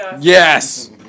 Yes